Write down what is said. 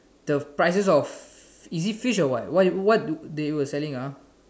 the prices of is it fish or what what what do they were selling ah